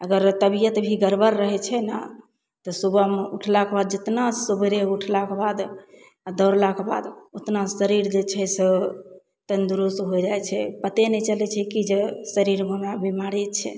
अगर तबियत भी गड़बड़ रहय छै नऽ तऽ सुबहमे उठलाके बाद जितना सवेरे उठलाके बाद आओर दौड़लाके बाद उतना शरीर जे छै से तन्दुरस्त हो जाइ छै पते नहि चलय छै की जे शरीरमे हमरा बीमारी छै